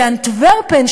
באנטוורפן,